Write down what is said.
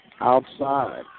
outside